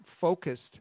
focused